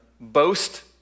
boast